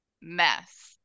mess